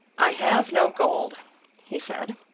i have no gold he said.